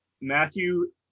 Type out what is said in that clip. Matthew